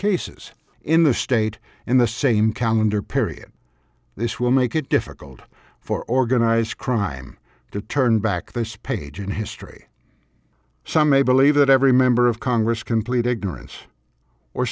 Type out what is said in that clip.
cases in the state in the same calendar period this will make it difficult for organized crime to turn back the space age and history some may believe that every member of congress can plead ignorance or